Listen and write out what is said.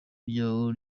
ryawo